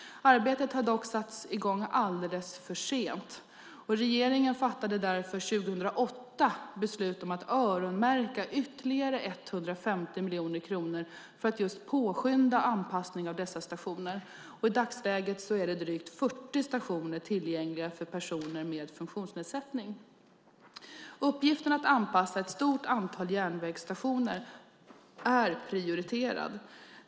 Arbetet har dock satts i gång alldeles för sent, och regeringen fattade därför 2008 beslut om att öronmärka ytterligare 150 miljoner kronor för att just påskynda anpassning av dessa stationer. I dagsläget är drygt 40 stationer tillgängliga för personer med funktionsnedsättning. Uppgiften att anpassa ett stort antal järnvägsstationer är prioriterad.